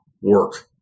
work